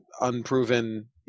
unproven